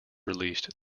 released